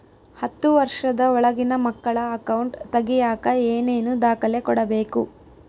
ಹತ್ತುವಷ೯ದ ಒಳಗಿನ ಮಕ್ಕಳ ಅಕೌಂಟ್ ತಗಿಯಾಕ ಏನೇನು ದಾಖಲೆ ಕೊಡಬೇಕು?